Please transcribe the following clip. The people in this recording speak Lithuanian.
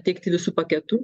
teikti visu paketu